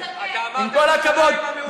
עם כל הכבוד.